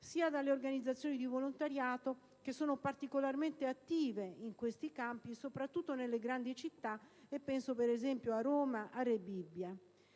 sia delle organizzazioni di volontariato, particolarmente attive in questi campi soprattutto nelle grandi città (penso per esempio a Roma e a Rebibbia).